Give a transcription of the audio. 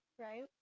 right